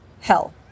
hell